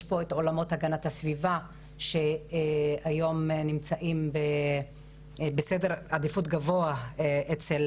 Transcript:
יש פה את עולמות הגנת הסביבה שהיום נמצאים בסדר עדיפות גבוה אצל